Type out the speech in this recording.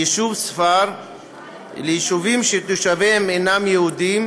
ליישוב ספר או ליישובים שתושביהם אינם יהודים,